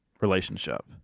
relationship